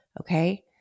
Okay